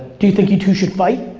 do you think you two should fight?